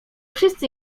wszyscy